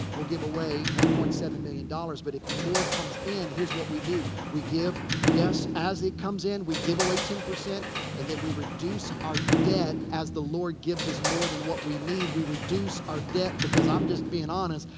we'll give away one point seven million dollars dollars. but if more comes in, here's what we do. we give. yes, as it comes in, we give away ten. and then we reduce our debt, as the lord gives us more than what we need. we reduce our debt. because i'm just being honest.